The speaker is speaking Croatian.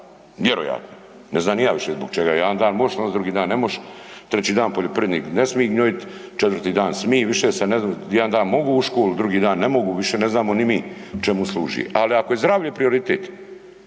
ne znam ni ja više zbog čega. Jedan dan možeš nosit, drugi dan ne mož, treći dan poljoprivrednik ne smije gnojit, četvrti dan smije, više se ne zna, jedan dan mogu u školu, drugi dan ne mogu, više ne znamo ni mi čemu služi. Ali ako je zdravlje prioritet,